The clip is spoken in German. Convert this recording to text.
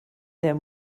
der